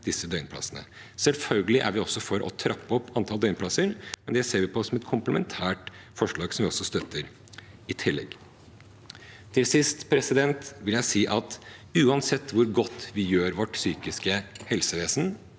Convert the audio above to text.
Selvfølgelig er vi også for å trappe opp antallet døgnplasser, men det ser vi på som et komplementært forslag, som vi støtter i tillegg. Til sist vil jeg si at uansett hvor godt vi gjør vårt psykiske helsevesen,